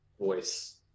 voice